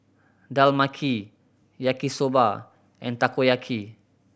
Dal Makhani Yaki Soba and Takoyaki